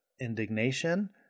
indignation